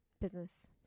business